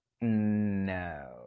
no